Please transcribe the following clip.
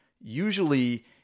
Usually